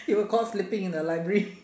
you were caught sleeping in the library